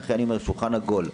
לכן אם יש שולחן עגול,